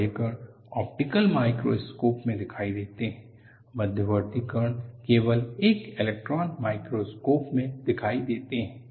बड़े कण optical microscope में दिखाई देते हैं मध्यवर्ती कण केवल एक इलेक्ट्रॉन माइक्रोस्कोप में दिखाई देते हैं